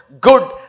Good